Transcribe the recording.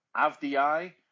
Avdi